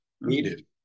needed